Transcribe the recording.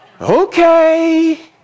Okay